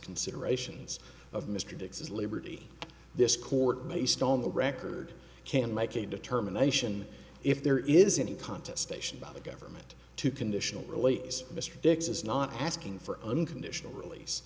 considerations of mr dix as liberty this court based on the record can make a determination if there is any contest station by the government to conditional release mr dix is not asking for unconditional release